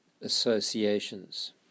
associations